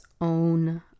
own